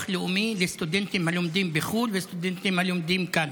לאומי לסטודנטים הלומדים בחו"ל וסטודנטים הלומדים כאן.